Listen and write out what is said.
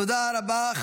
תודה רבה.